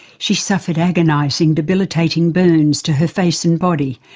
she suffered agonising, debilitating burns to her face and body,